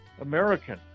American